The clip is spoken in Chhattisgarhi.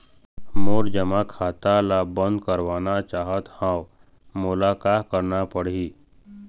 मोर जमा खाता ला बंद करवाना चाहत हव मोला का करना पड़ही?